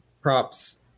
props